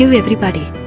everybody